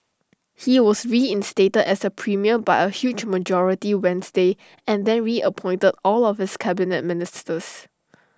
he was reinstated as premier by A huge majority Wednesday and then reappointed all of his Cabinet Ministers